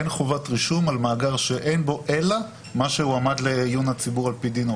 אין חובת רישום על מאגר שאין בו אלא מה שהועמד לעיון הציבור על פי דין.